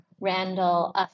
Randall